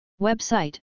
Website